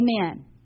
Amen